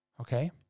okay